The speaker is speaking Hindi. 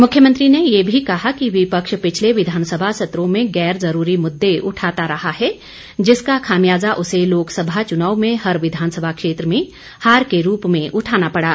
मुख्यमंत्री ने ये भी कहा कि विपक्ष पिछले विधानसभा सत्रों में गैर ज़रूरी मुददे उठाता रहा है जिसका खामियाजा उसे लोकसभा चुनाव में हर विधानसभा क्षेत्र में हार के रूप में उठाना पड़ा